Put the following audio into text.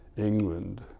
England